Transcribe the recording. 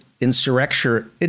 insurrection